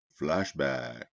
Flashback